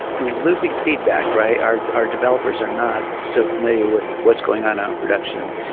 we're losing feedback, right? our our developers are not so familiar with what's going on on production.